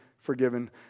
forgiven